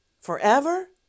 forever